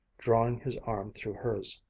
drawing his arm through hers.